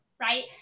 right